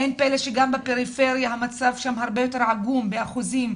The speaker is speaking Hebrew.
אין פלא שגם בפריפריה המצב הרבה יותר עגום באחוזים.